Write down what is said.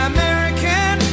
American